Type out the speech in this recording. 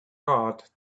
heart